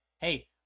Hey